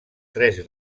tres